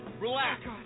relax